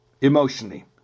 emotionally